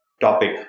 topic